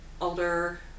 older